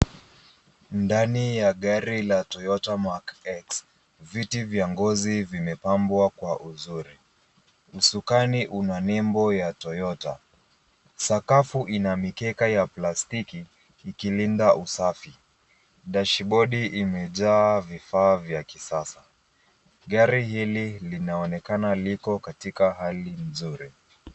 Ndani ya gari la Toyota Mark X ,viti vya ngozi vimepambwa kwa uzuri. Usukani una nembo ya Toyota. Sakafu ina mikeka ya plastiki ikilinda usafi. Dashibodi imejaa vifaa vya kisasa. Gari hili linaonekana liko katika hali nzuri.